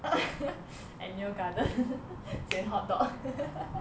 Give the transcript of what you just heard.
at neo 煎 hot dog